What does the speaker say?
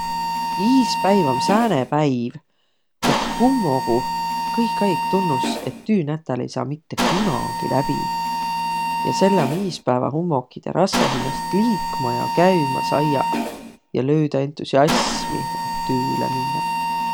Iispäiv om sääne päiv, koh hummogu kõik aig tunnus, et tüünätäl ei saaq kunagi läbi. Ja selle om iispäävähummogidõ rassõ hinnäst liikma ja käümä saiaq ja löüdäq entusiasmi, et tüüle minnäq.